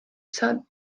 saad